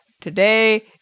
today